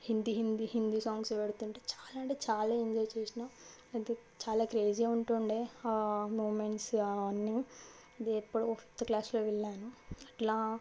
Hindi Hindi Hindi songs పెడుతుంటే చాలా అంటే చాలా ఎంజాయ్ చేసినాం చాలా క్రేజీ ఉంటుండే ఆ మూమెంట్స్ అన్నీ ఎప్పుడో ఫిఫ్త్ క్లాస్లో వెళ్లాను అట్లా